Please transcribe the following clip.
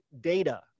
data